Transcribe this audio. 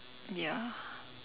ya